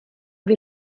wir